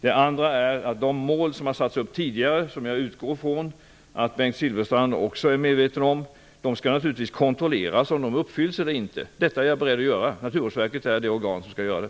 Det andra är att de mål som satts upp tidigare -- som jag utgår från att också Bengt Silfverstrand är medveten om -- skall naturligtvis kontrolleras. Detta är jag beredd att göra. Naturvårdsverket är det organ om skall göra det.